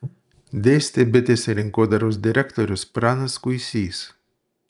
dėstė bitės rinkodaros direktorius pranas kuisys